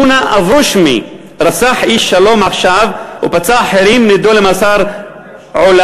יונה אברושמי רצח איש "שלום עכשיו" ופצע אחרים ונידון למאסר עולם.